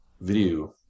video